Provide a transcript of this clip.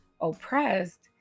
oppressed